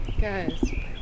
guys